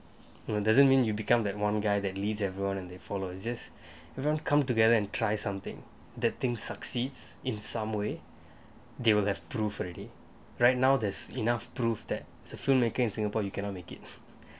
no doesn't mean you become that one guy that leads everyone that follow as is don't come together and try something that thing succeeds in some way they will have proof already right now there's enough proof that as a filmmaker in singapore you cannot make it